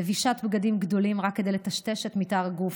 לבישת בגדים גדולים רק כדי לטשטש את מתאר הגוף,